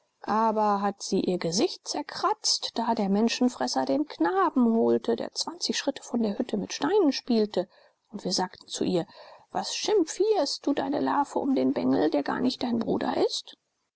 aber hat sie ihr gesicht zerkratzt da der menschenfresser den knaben holte der zwanzig schritte von der hütte mit steinen spielte und wir sagten zu ihr was schimpfierst du dir deine larve um den bengel der gar nicht dein bruder ist